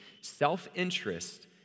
Self-interest